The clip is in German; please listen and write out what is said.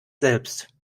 selbst